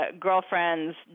girlfriend's